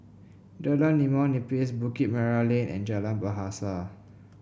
Jalan Limau Nipis Bukit Merah Lane and Jalan Bahasa